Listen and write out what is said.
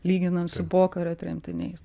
lyginant su pokario tremtiniais